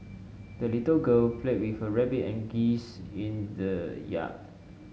the little girl played with her rabbit and geese in the yard